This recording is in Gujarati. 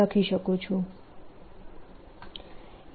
લખી શકું છું